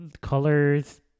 colors